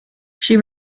she